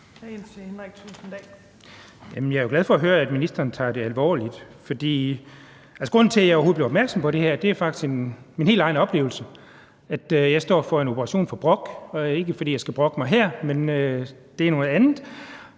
Jeg er jo glad for at høre, at ministeren tager det alvorligt. Grunden til, at jeg overhovedet blev opmærksom på det her, er faktisk min helt egen oplevelse. Jeg står over for en operation for brok, og det er ikke, fordi jeg skal brokke mig her, for det er noget andet.